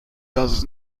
does